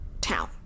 town